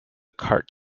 card